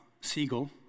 Siegel